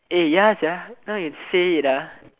eh ya sia now you say it ah